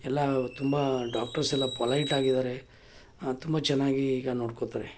ಎಲ್ಲ ತುಂಬ ಡಾಕ್ಟರ್ಸ್ ಎಲ್ಲ ಪೊಲೈಟ್ ಆಗಿದ್ದಾರೆ ತುಂಬ ಚೆನ್ನಾಗಿ ಈಗ ನೋಡ್ಕೊಳ್ತಾರೆ